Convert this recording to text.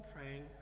praying